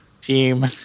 team